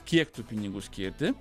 kiek tų pinigų skirti